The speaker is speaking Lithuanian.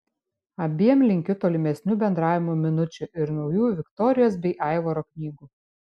abiem linkiu tolimesnių bendravimo minučių ir naujų viktorijos bei aivaro knygų